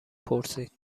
پرسید